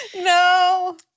No